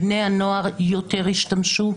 בני הנוער יותר ישתמשו.